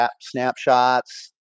snapshots